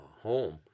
home